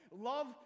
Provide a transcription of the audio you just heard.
love